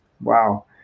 Wow